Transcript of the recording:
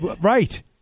Right